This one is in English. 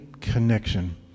connection